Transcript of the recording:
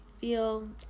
feel